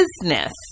business